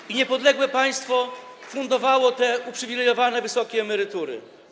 I niepodległe państwo fundowało te uprzywilejowane wysokie emerytury.